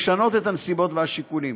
לשנות את הנסיבות והשיקולים.